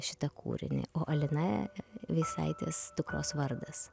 šitą kūrinį o alina veisaitės dukros vardas